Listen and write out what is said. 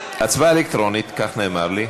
הצבעה אלקטרונית, כך נאמר לי.